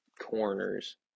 corners